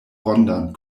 rondan